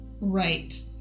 right